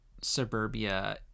suburbia